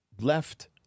left